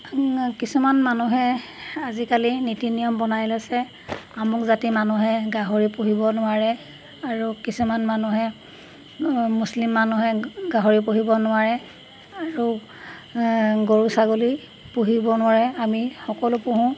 কিছুমান মানুহে আজিকালি নীতি নিয়ম বনাই লৈছে আমুক জাতি মানুহে গাহৰি পুহিব নোৱাৰে আৰু কিছুমান মানুহে মুছলিম মানুহে গাহৰি পুহিব নোৱাৰে আৰু গৰু ছাগলী পুহিব নোৱাৰে আমি সকলো পোহোঁ